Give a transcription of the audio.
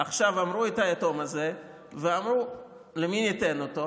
בוא תספר לנו עכשיו בנאום אם נהיה רציניים.